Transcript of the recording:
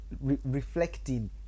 reflecting